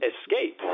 Escape